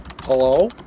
Hello